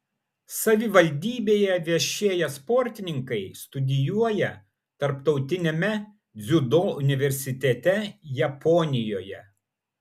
savivaldybėje viešėję sportininkai studijuoja tarptautiniame dziudo universitete japonijoje